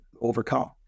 overcome